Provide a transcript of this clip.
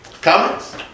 Comments